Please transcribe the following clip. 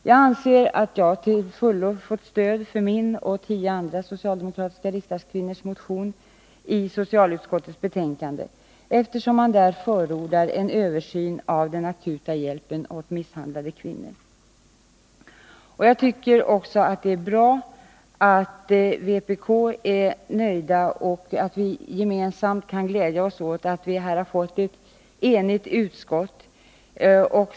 Jag anser mig till fullo ha fått stöd för min och tio andra socialdemokratiska riksdagskvinnors motion i socialutskottets betänkande, eftersom man där förordar en översyn av den akuta hjälpen åt misshandlade kvinnor. Jag tycker också att det är bra att vpk är nöjt och att vi kan glädja oss åt ett enigt utskott.